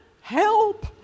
help